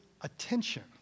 attention